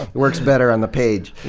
works better on the page.